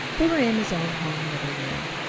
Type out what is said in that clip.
they were in his own home living-room.